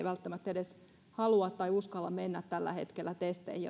välttämättä edes halua tai uskalla mennä tällä hetkellä testeihin